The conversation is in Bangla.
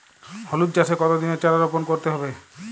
হলুদ চাষে কত দিনের চারা রোপন করতে হবে?